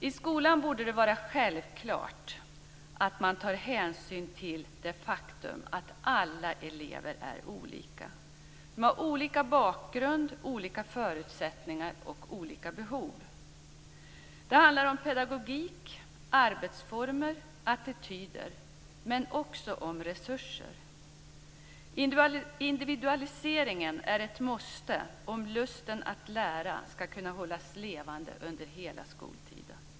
I skolan borde det vara självklart att man tar hänsyn till det faktum att alla elever är olika. De har olika bakgrund, olika förutsättningar och olika behov. Det handlar om pedagogik, arbetsformer och attityder men också om resurser. Individualiseringen är ett måste om lusten att lära skall kunna hållas levande under hela skoltiden.